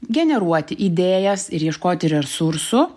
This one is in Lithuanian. generuoti idėjas ir ieškoti resursų